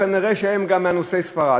כנראה הן גם מאנוסי ספרד.